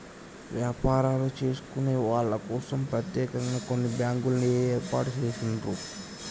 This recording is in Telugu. వ్యాపారాలు చేసుకునే వాళ్ళ కోసం ప్రత్యేకంగా కొన్ని బ్యాంకుల్ని ఏర్పాటు చేసిండ్రు